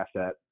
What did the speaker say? asset